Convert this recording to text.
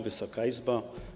Wysoka Izbo!